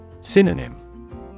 Synonym